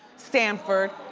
stanford,